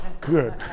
good